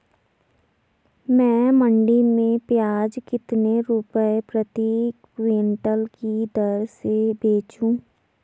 मैं मंडी में प्याज कितने रुपये प्रति क्विंटल की दर से बेचूं?